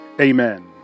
amen